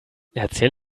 erzähl